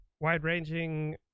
wide-ranging